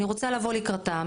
אני רוצה לבוא לקראתם,